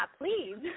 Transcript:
please